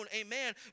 amen